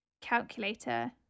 calculator